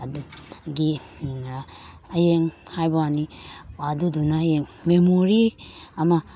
ꯑꯗꯨꯒꯤ ꯍꯌꯦꯡ ꯍꯥꯏꯕ ꯋꯥꯅꯤ ꯑꯗꯨꯗꯨꯅ ꯍꯌꯦꯡ ꯃꯦꯃꯣꯔꯤ ꯑꯃ